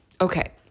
Okay